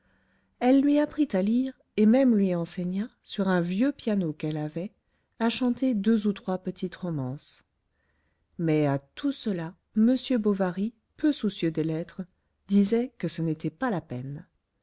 elle lui apprit à lire et même lui enseigna sur un vieux piano qu'elle avait à chanter deux ou trois petites romances mais à tout cela m bovary peu soucieux des lettres disait que ce n'était pas la peine